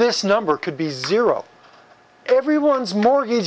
this number could be zero everyone's mortgage